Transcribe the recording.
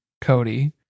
Cody